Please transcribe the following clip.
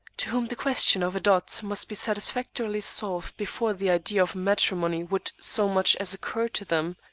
to whom the question of a dot must be satisfactorily solved before the idea of matrimony would so much as occur to them.